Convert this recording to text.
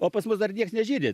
o pas mus dar nieks nežydi